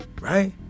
Right